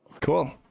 Cool